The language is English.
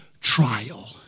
trial